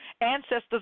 Ancestors